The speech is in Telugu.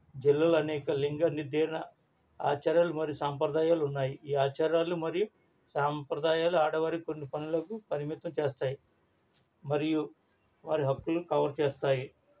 జిల్లాలో అనేక లింగ నిర్దరణ ఆచారాలు మరియు సాంప్రదాయాలు ఉన్నాయి ఈ ఆచారాలు మరియు సాంప్రదాయాలు ఆడవారి కొన్ని పనులకు పరిమితం చేస్తాయి మరియు వారి హక్కులను కవర్ చేస్తాయి